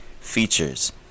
features